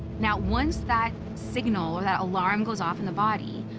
now, once that signal or that alarm goes off in the body,